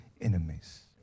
enemies